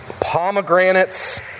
pomegranates